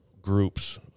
groups